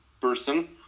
person